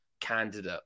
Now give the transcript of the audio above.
candidate